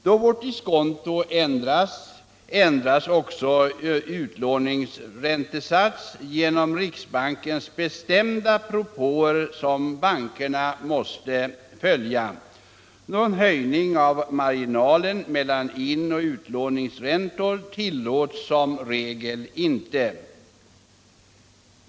Då vårt diskonto ändras, ändras också utlåningsräntesatsen genom riksbankens bestämda propåer, som bankerna måste följa. Någon höjning av marginalen mellan inoch utlåningsräntor tillåts som regel inte.